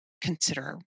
consider